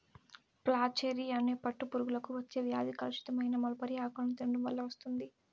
flacherie అనే పట్టు పురుగులకు వచ్చే వ్యాధి కలుషితమైన మల్బరీ ఆకులను తినడం వల్ల వస్తుంది